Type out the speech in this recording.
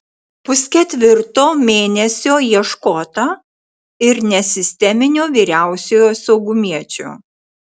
pusketvirto mėnesio ieškota ir nesisteminio vyriausiojo saugumiečio